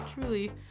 truly